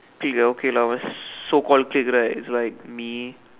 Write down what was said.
okay lah okay lah must soak all check right is like me